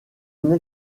une